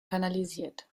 kanalisiert